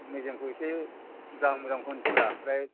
मेजेमखौ एसे मोजां मोजांखौ होनोसैब्रा ओमफ्राय